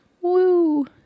Woo